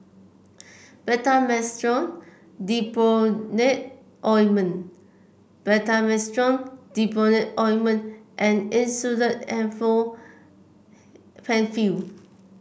Betamethasone Dipropionate Ointment Betamethasone Dipropionate Ointment and Insulatard Penfill